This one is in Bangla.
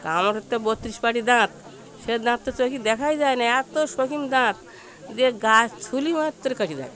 কামড়ের তো বত্রিশ পাটি দাঁত সে দাঁত তো চোখে দেখাই যায় না এত শৌখিন দাঁত দিয়ে গা ছুলে মাত্র কেটে যাবে